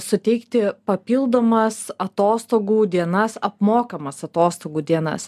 suteikti papildomas atostogų dienas apmokamas atostogų dienas